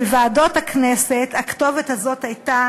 של ועדות הכנסת, הכתובת הזאת הייתה